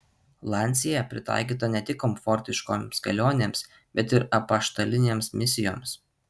lancia pritaikyta ne tik komfortiškoms kelionėms bet ir apaštalinėms misijoms